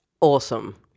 Awesome